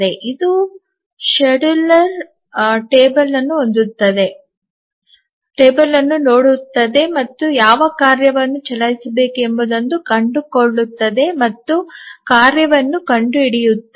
ಇದು ವೇಳಾಪಟ್ಟಿ ಕೋಷ್ಟಕವನ್ನು ನೋಡುತ್ತದೆ ಮತ್ತು ಯಾವ ಕಾರ್ಯವನ್ನು ಚಲಾಯಿಸಬೇಕು ಎಂಬುದನ್ನು ಕಂಡುಕೊಳ್ಳುತ್ತದೆ ಮತ್ತು ಕಾರ್ಯವನ್ನು ಕಂಡುಹಿಡಿಯುತ್ತದೆ